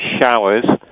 showers